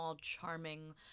charming